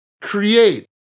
create